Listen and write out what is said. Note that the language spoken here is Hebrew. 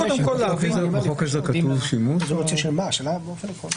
בחוק הזה כתוב שימוש או הכנסה?